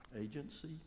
Agency